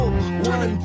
one